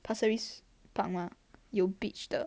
pasir ris park 吗有 beach 的